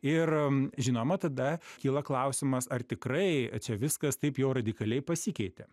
ir žinoma tada kyla klausimas ar tikrai čia viskas taip jau radikaliai pasikeitė